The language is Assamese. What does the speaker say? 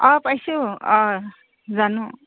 অঁ পাইছোঁ অঁ জানোঁ